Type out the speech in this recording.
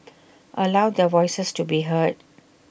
allow their voices to be heard